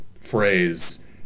phrase